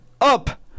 up